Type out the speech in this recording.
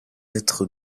être